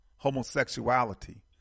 Homosexuality